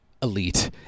elite